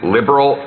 Liberal